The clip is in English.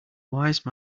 wise